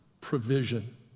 provision